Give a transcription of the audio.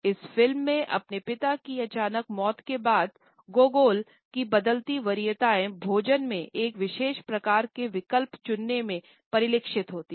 इस फिल्म में अपने पिता की अचानक मौत के बाद गोगोल की बदलती वरीयेताए भोजन में एक विशेष प्रकार के विकल्प चुनने में परिलक्षित होती हैं